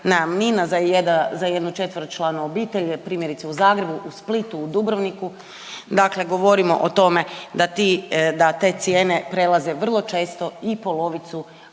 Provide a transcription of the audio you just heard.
najamnina za jednu četveročlanu obitelj, primjerice, u Zagrebu, u Splitu, u Dubrovniku, dakle govorimo o tome da ti, da te cijene prelaze vrlo često i polovicu